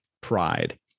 pride